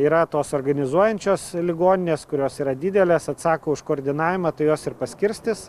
yra tos organizuojančios ligoninės kurios yra didelės atsako už koordinavimą tai jos ir paskirstys